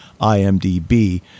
IMDb